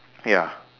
ya